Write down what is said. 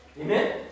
Amen